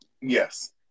yes